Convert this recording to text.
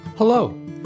Hello